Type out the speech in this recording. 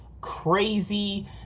crazy